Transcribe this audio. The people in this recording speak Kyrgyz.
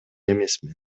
эмесмин